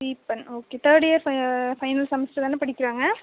Deepan okay third year ஃப final semester தானே படிக்கிறாங்க